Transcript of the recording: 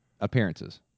appearances